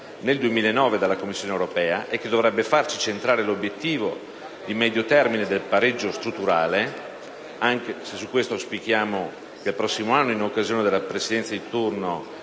nel 2009 dalla Commissione europea e che dovrebbe farci centrare l'obiettivo di medio termine del pareggio strutturale (auspichiamo però che il prossimo anno, in occasione della Presidenza di turno